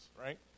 right